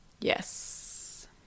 Yes